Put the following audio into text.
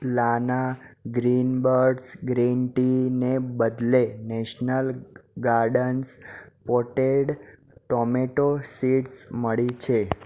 Lana green buds green ટીને બદલે national gardens potted tomato seeds મળી છે